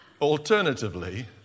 Alternatively